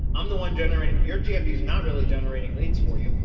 i'm the one generating your gmb is not really generating leads for you.